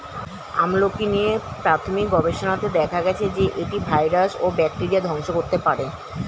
আমলকী নিয়ে প্রাথমিক গবেষণাতে দেখা গেছে যে, এটি ভাইরাস ও ব্যাকটেরিয়া ধ্বংস করতে পারে